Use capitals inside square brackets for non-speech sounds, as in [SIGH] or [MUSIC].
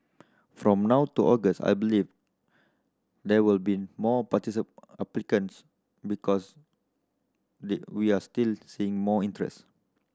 from now to August I believe there will be more [UNINTELLIGIBLE] applicants because they we are still seeing more interest